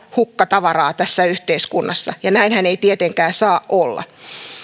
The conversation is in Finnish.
hukkatavaraa tässä yhteiskunnassa ja näinhän ei tietenkään saa olla